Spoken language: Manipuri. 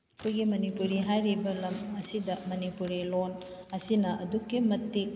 ꯑꯩꯈꯣꯏꯒꯤ ꯃꯅꯤꯄꯨꯔ ꯍꯥꯏꯔꯤꯕ ꯂꯝ ꯑꯁꯤꯗ ꯃꯅꯤꯄꯨꯔꯤ ꯂꯣꯟ ꯑꯁꯤꯅ ꯑꯗꯨꯛꯀꯤ ꯃꯇꯤꯛ